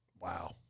Wow